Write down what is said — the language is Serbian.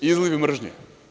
Izlivi mržnje.